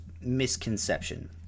misconception